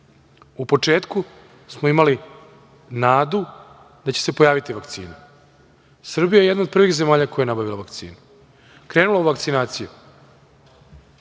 U početku smo imali nadu da će se pojaviti vakcina. Srbija je jedna od prvih zemalja koja je nabavila vakcinu, krenula u vakcinaciju.